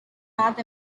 north